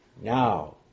now